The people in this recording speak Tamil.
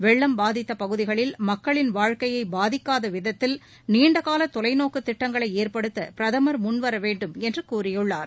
வெள்ளம் பாதித்த பகுதிகளில் மக்களின் வாழ்க்கையை பாதிக்காத விதத்தில் நீண்ட கால தொலைநோக்கு திட்டங்களை ஏற்படுத்த பிரதமர் முன்வர வேண்டும் என்று கூறியுள்ளார்